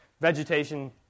Vegetation